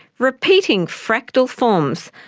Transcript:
repeating fractal forms,